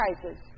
prices